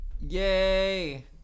Yay